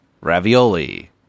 ravioli